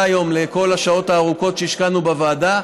היום לכל השעות הארוכות שהשקענו בוועדה.